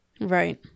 Right